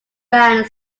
band